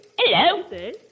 Hello